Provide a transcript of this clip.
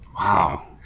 wow